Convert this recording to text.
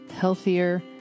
healthier